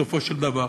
בסופו של דבר.